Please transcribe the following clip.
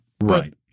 Right